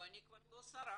לא, אני כבר לא שרה.